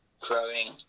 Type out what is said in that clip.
growing